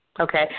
Okay